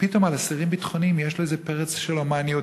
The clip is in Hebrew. ופתאום על אסירים ביטחוניים יש לו איזה פרץ של הומניות?